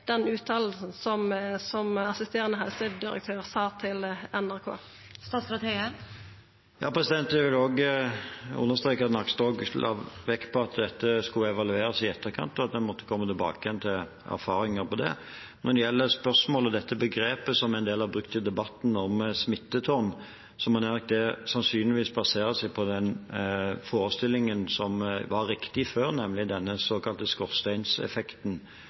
til NRK? Jeg vil også understreke at Nakstad la vekt på at dette skulle evalueres i etterkant, og at man måtte komme tilbake til erfaringer med det. Når det gjelder dette begrepet som noen har brukt i debatten om smittetårn, er det sannsynligvis basert på den forestillingen som var riktig før, nemlig denne såkalte skorsteinseffekten